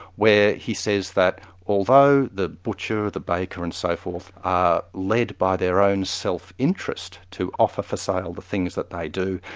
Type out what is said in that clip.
where he says that although the butcher, the baker and so forth, are led by their own self-interest to offer for sale the things that they do,